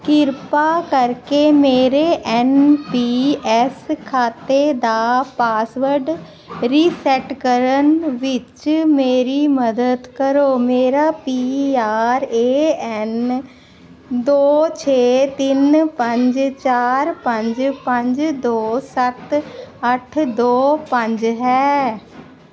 ਕਿਰਪਾ ਕਰਕੇ ਮੇਰੇ ਐੱਨ ਪੀ ਐੱਸ ਖਾਤੇ ਦਾ ਪਾਸਵਰਡ ਰੀਸੈਟ ਕਰਨ ਵਿੱਚ ਮੇਰੀ ਮਦਦ ਕਰੋ ਮੇਰਾ ਪੀ ਆਰ ਏ ਐੱਨ ਦੋ ਛੇ ਤਿੰਨ ਪੰਜ ਚਾਰ ਪੰਜ ਪੰਜ ਦੋ ਸੱਤ ਅੱਠ ਦੋ ਪੰਜ ਹੈ